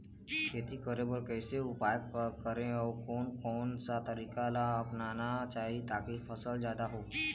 खेती करें बर कैसे उपाय करें अउ कोन कौन सा तरीका ला अपनाना चाही ताकि फसल जादा हो?